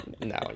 no